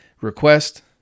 Request